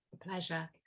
pleasure